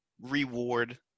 reward